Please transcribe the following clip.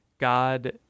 God